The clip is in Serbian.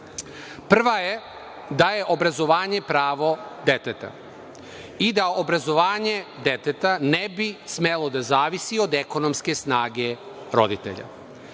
Prva je da je obrazovanje pravo deteta i da obrazovanje deteta ne bi smelo da zavisi od ekonomske snage roditelja. Ono